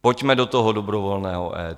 Pojďme do toho dobrovolného EET.